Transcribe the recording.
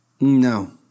No